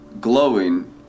glowing